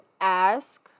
ask